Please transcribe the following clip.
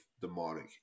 demonic